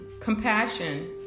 compassion